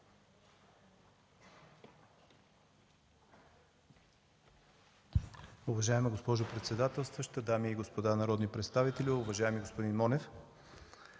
Уважаема госпожо председател, дами и господа народни представители! Уважаеми господин Монев,